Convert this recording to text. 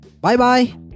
bye-bye